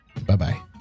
bye-bye